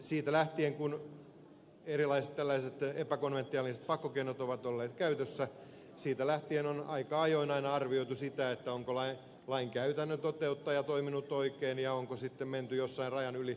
siitä lähtien kun erilaiset tällaiset epäkonventiaaliset pakkokeinot ovat olleet käytössä on aika ajoin aina arvioitu sitä onko lain käytännön toteuttaja toiminut oikein ja onko sitten menty jossain rajan yli